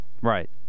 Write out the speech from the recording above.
Right